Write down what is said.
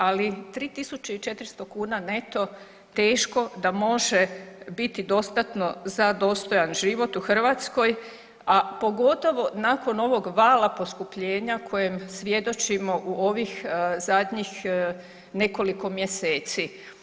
Ali 3.400 neto teško da može biti dostatno za dostojan život u Hrvatskoj, a pogotovo nakon ovog vala poskupljenja kojem svjedočimo u ovih zadnjih nekoliko mjeseci.